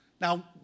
Now